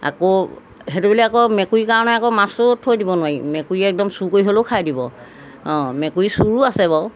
আক সেইটো বুলি আকৌ মেকুৰীৰ কাৰণে আকৌ মাছো থৈ দিব নোৱাৰি মেকুৰী একদম চুৰ কৰি হ'লেও খাই দিব অঁ মেকুৰী চুৰো আছে বাৰু